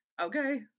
Okay